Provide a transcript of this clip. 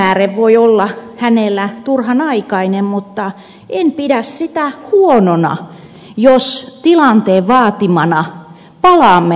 ehkä aikamääre voi olla hänellä turhan aikainen mutta en pidä sitä huonona jos tilanteen vaatimana palaamme hallitusohjelmaan